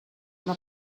una